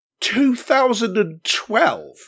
2012